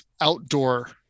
outdoor